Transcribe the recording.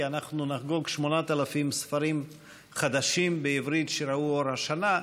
כי אנחנו נחגוג 8,000 ספרים חדשים בעברית שראו אור השנה,